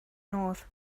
north